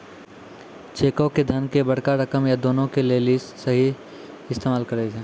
चेको के धन के बड़का रकम या दानो के लेली सेहो इस्तेमाल करै छै